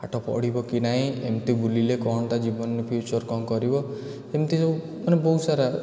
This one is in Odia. ପାଠ ପଢ଼ିବ କି ନାହିଁ ଏମିତି ବୁଲିଲେ କ'ଣଟା ଜୀବନରେ ଫ୍ୟୁଚର୍ କ'ଣ କରିବ ଏମିତି ସବୁ ମାନେ ବହୁତ ସାରା